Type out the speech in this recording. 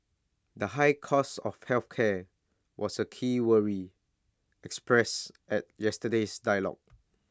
the high cost of health care was A key worry expressed at yesterday's dialogue